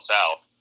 South